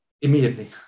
immediately